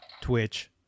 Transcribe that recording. Twitch